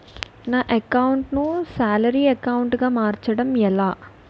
నా అకౌంట్ ను salary account గా మార్చటం ఎలా?